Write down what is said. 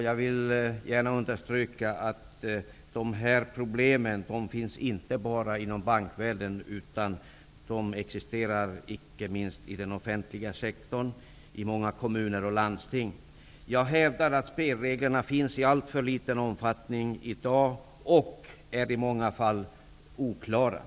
Jag vill gärna understryka att dessa problem inte bara finns inom bankvärlden. De finns inte minst inom den offentliga sektorn i många kommuner och landsting. Jag hävdar att spelregler finns i alltför liten omfattning i dag. De är också i många fall oklara.